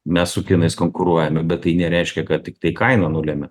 mes su kinais konkuruojame bet tai nereiškia kad tiktai kaina nulemia